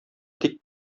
тик